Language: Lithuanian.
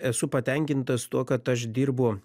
esu patenkintas tuo kad aš dirbu